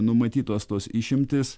numatytos tos išimtys